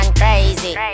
crazy